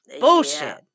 Bullshit